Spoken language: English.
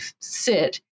sit